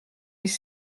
les